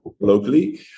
locally